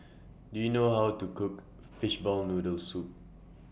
Do YOU know How to Cook Fishball Noodle Soup